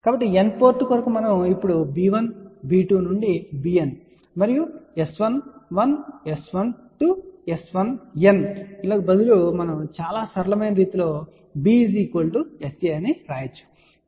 కాబట్టి N port కొరకు మనం ఇప్పుడు b1 b2 నుండి bN మరియు S11 S12 S1N లకు బదులుగా చాలా సరళమైన రీతిలో b S a అని వ్రాయవచ్చు